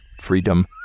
Freedom